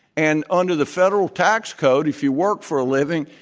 and under the federal tax code, if you work for a living,